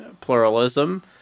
pluralism